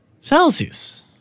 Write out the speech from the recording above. celsius